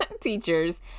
teachers